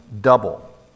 double